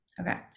Okay